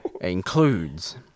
includes